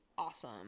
Awesome